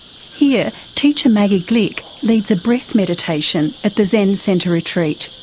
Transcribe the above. here teacher maggie glick leads a breath meditation at the zen centre retreat.